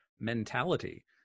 mentality